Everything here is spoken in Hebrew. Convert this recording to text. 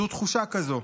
זו תחושה כזו.